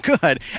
Good